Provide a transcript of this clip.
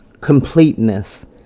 completeness